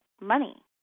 money